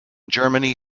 germany